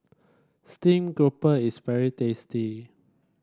Steamed Grouper is very tasty